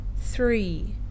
Three